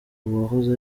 uwahoze